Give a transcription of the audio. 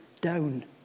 down